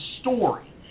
story